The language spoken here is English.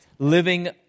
Living